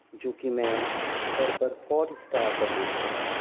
جوکہ میں گھر پر ہاٹ اسٹار پر دیکھتا ہوں